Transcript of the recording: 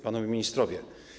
Panowie Ministrowie!